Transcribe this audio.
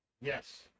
Yes